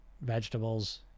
vegetables